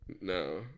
No